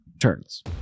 turns